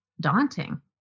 daunting